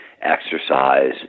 exercise